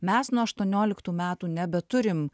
mes nuo aštuonioliktų metų nebeturim